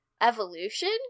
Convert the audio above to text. evolution